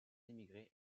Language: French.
émigrés